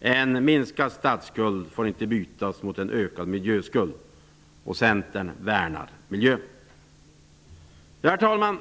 En minskad statsskuld får inte bytas mot en ökad miljöskuld! Centern värnar miljön. Herr talman!